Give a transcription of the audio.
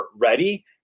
ready